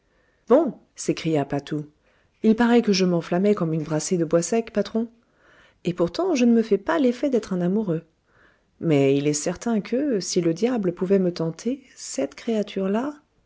bon s'écria patou il paraît que je m'enflammais comme une brassée de bois sec patron et pourtant je ne me fais pas l'effet d'être un amoureux mais il est certain que si le diable pouvait me tenter cette créature là